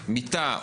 מיטה,